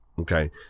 Okay